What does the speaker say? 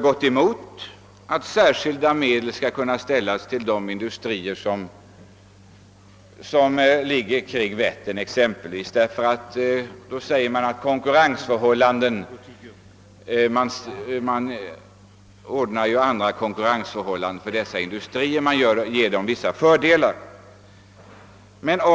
gått emot förslaget att särskilda medel skall ställas till förfogande för industrier kring Vättern under hänvisning till att man skulle underlätta konkurrensen för dessa industrier om man gav dem vissa fördelar framför andra industrier.